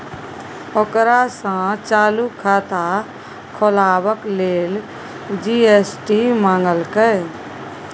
ओकरा सँ चालू खाता खोलबाक लेल जी.एस.टी मंगलकै